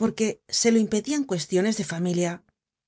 porque se lo impedian cuestiones de familia